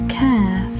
care